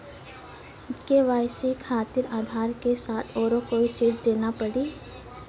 KYC खातिर आधार के साथ औरों कोई चीज देना पड़ी?